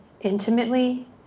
intimately